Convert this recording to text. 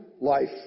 life